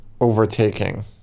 overtaking